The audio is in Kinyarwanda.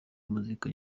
muzika